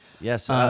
Yes